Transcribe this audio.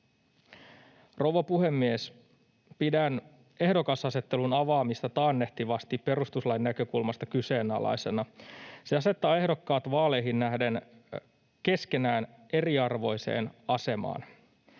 Rouva puhemies! Pidän ehdokasasettelun avaamista taannehtivasti perustuslain näkökulmasta kyseenalaisena. Se asettaa ehdokkaat vaaleihin nähden keskenään eriarvoiseen asemaan.